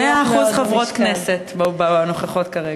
מאה אחוז חברות כנסת נוכחות כרגע.